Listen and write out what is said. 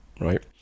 right